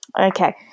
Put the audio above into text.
Okay